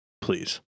Please